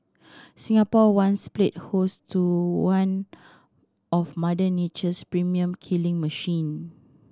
Singapore once played host to one of Mother Nature's premium killing machine